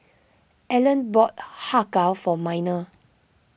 Alleen bought Har Kow for Minor